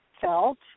felt